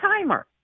timer